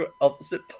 opposite